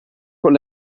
con